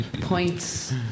points